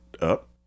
up